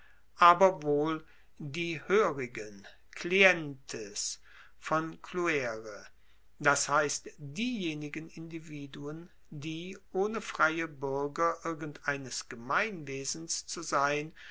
aber wohl die hoerigen clientes von cluere das heisst diejenigen individuen die ohne freie buerger irgendeines gemeinwesens zu sein